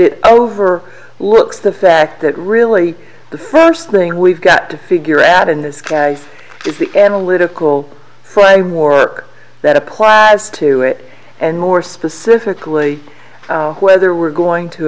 it over looks the fact that really the first thing we've got to figure out in this guys is the analytical why more that applies to it and more specifically whether we're going to